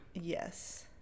Yes